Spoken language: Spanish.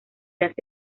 las